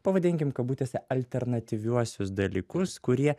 pavadinkim kabutėse alternatyviuosius dalykus kurie